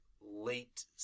late